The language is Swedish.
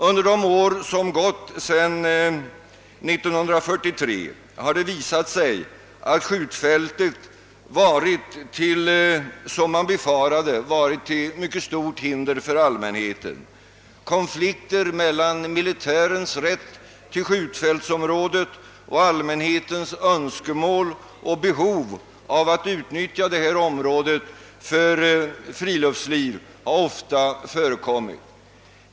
Under de år som har gått sedan 1943 har det visat sig att skjutfältet, som man befarade, blivit till mycket stort hinder för allmänheten. Konflikter mellan militärens rätt till skjutfältsområdet och allmänhetens önskemål om och behov av att utnyttja detta område för friluftsliv har ofta förekommit.